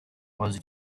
was